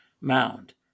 Mound